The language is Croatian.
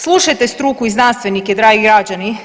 Slušajte struku i znanstvenike, dragi građani.